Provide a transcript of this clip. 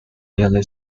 early